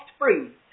free